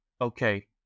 okay